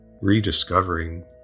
rediscovering